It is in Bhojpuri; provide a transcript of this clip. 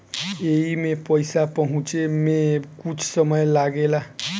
एईमे पईसा पहुचे मे कुछ समय लागेला